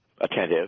attentive